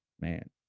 Man